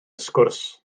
sgwrs